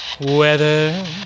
Weather